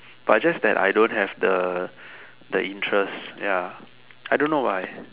but just that I don't have the the interest ya I don't know why